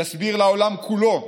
יסביר לעולם כולו,